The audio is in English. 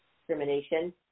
discrimination